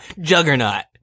Juggernaut